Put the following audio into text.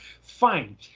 Fine